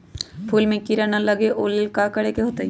फूल में किरा ना लगे ओ लेल कि करे के होतई?